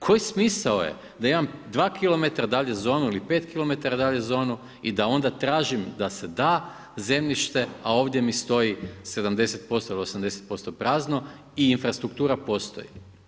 Koji smisao je da imam 2km dalje zonu ili 5km dalje zonu i da onda tražim da se da zemljište, a ovdje mi stoji 70% ili 80% prazno i infrastruktura postoji.